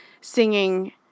singing